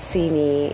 Sini